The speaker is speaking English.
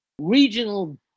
regional